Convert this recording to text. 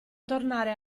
tornare